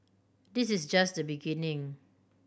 this is just the beginning